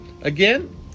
again